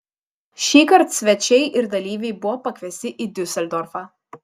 šįkart svečiai ir dalyviai buvo pakviesti į diuseldorfą